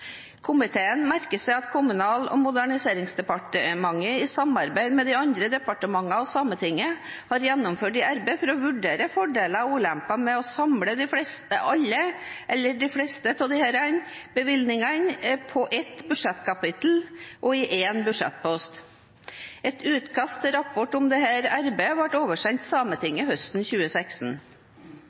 Komiteen merker seg at Kommunal- og moderniseringsdepartementet, i samarbeid med de andre departementene og Sametinget, har gjennomført et arbeid for å vurdere fordeler og ulemper ved å samle de fleste av, eller alle, bevilgningene under ett budsjettkapittel og én budsjettpost. Et utkast til rapport om dette arbeidet ble oversendt Sametinget høsten 2016.